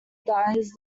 dies